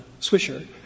Swisher